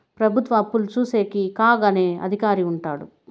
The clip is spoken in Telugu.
ప్రభుత్వ అప్పులు చూసేకి కాగ్ అనే అధికారి ఉంటాడు